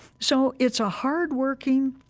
so it's a hard-working,